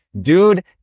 Dude